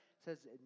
says